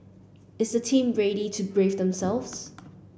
is the team ready to brace themselves